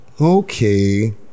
Okay